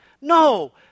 No